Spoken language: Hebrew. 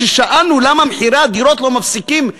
כששאלנו למה מחירי הדירות לא מפסיקים לעלות,